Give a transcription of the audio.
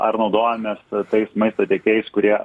ar naudojamės tais maisto tiekėjais kurie